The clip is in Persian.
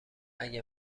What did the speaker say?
اگه